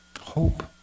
Hope